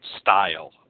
style